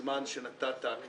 הזמן שנתת,